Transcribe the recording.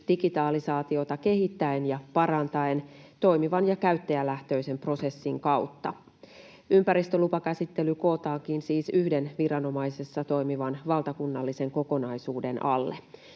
digitalisaatiota kehittäen ja parantaen toimivan ja käyttäjälähtöisen prosessin kautta. Ympäristölupakäsittely kootaankin siis yhden viranomaisessa toimivan valtakunnallisen kokonaisuuden alle.